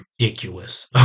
ridiculous